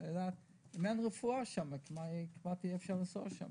אבל אם אין שם רפואה אז כמעט אי אפשר יהיה לנסוע לשם.